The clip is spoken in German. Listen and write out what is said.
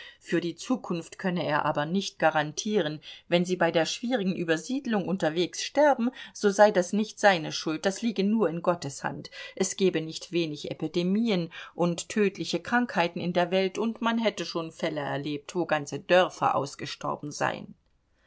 für die zukunft könne er aber nicht garantieren wenn sie bei der schwierigen übersiedlung unterwegs sterben so sei das nicht seine schuld das liege nur in gottes hand es gebe nicht wenig epidemien und tödliche krankheiten in der welt und man hätte schon fälle erlebt wo ganze dörfer ausgestorben seien